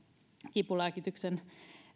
kipulääkityksen